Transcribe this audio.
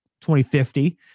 2050